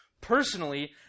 personally